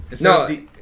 No